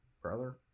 brother